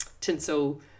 tinsel